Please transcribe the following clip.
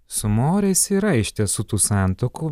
su maoriais yra iš tiesų tų santuokų